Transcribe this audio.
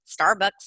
Starbucks